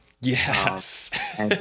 Yes